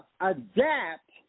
adapt